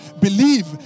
believe